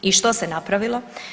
I što se napravilo?